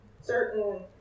certain